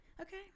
okay